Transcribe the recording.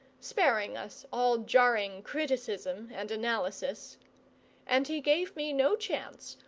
sparing us all jarring criticism and analysis and he gave me no chance,